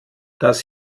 das